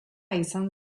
izan